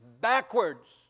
backwards